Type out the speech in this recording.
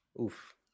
Oof